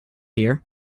hear